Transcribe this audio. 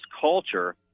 culture